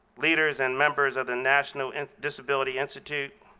leaders and members of the national and disability institute,